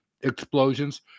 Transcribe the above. explosions